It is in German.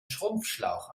schrumpfschlauch